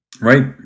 Right